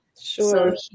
Sure